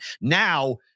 Now